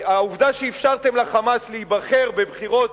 העובדה שאפשרתם ל"חמאס" להיבחר בבחירות